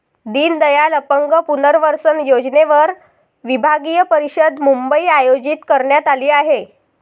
दीनदयाल अपंग पुनर्वसन योजनेवर विभागीय परिषद मुंबईत आयोजित करण्यात आली आहे